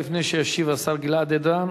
לפני שישיב השר גלעד ארדן,